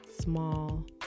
small